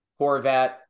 Horvat